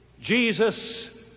Jesus